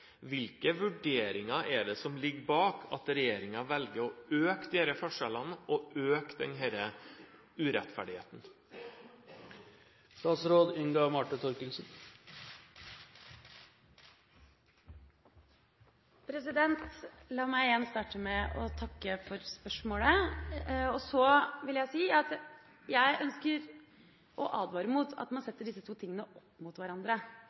Hvilke vurderinger er det som ligger bak når regjeringen velger å øke disse forskjellene og denne urettferdigheten? La meg igjen starte med å takke for spørsmålet. Så vil jeg si at jeg ønsker å advare mot at man setter disse to tingene opp mot hverandre.